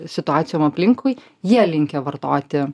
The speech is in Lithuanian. situacijom aplinkui jie linkę vartoti